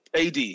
AD